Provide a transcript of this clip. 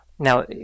Now